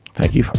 thank you